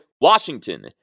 WASHINGTON